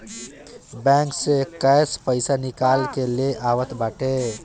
bank से लोग cash पईसा निकाल के ले आवत बाटे